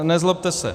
Nezlobte se.